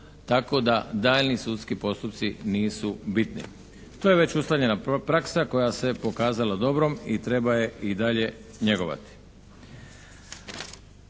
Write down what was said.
tako da daljnji sudski postupci nisu bitni. To je već ustaljena praksa koja se pokazala dobro i treba je i dalje njegovati.